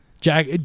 Jack